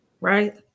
right